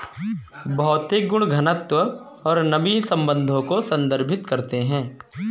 भौतिक गुण घनत्व और नमी संबंधों को संदर्भित करते हैं